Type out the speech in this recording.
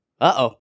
Uh-oh